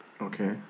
Okay